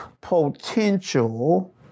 potential